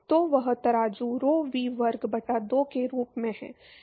तो वह तराजू rho V वर्ग बटा 2 के रूप में है